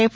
F